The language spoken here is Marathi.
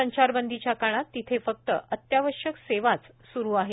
संचारबंदीच्या काळात तिथे फक्त अत्यावश्यक सेवाच सुरु आहेत